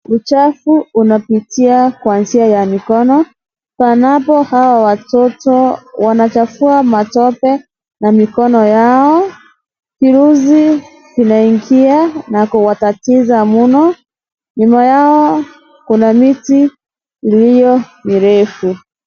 Uchafu unapitia kwa njia ya mikono. Panapo hao watoto wanachafua matope na mikono yao. Virusi vinaingia na kuwatatiza mno. Nyuma yao, kuna miti iliyo mirefu.